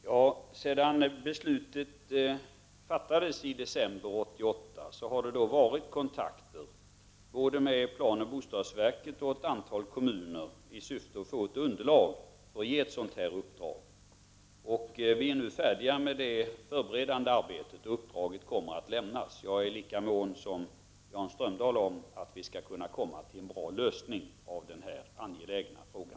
Herr talman! Efter det att beslutet fattades i december 1988 har det förekommit kontakter med både planoch bostadsverket och ett antal kommuner i syfte att få ett underlag och ge ett uppdrag av den här typen. Vi är nu färdiga med det förberedande arbetet och uppdraget kommer att lämnas. Jag är lika mån som Jan Strömdahl om att vi skall kunna komma fram till en bra lösning på denna angelägna fråga.